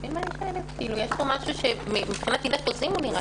יש כאן משהו שמבחינת דיני חוזים נראה לי לא חוקי.